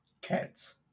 Cats